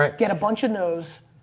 um get a bunch of no's,